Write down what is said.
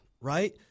right